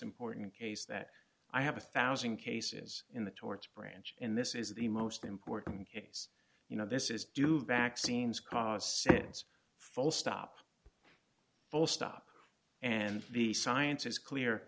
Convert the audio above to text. important case that i have a one thousand cases in the torts branch in this is the most important case you know this is do vaccines cause since full stop full stop and the science is clear